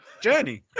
journey